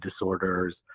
disorders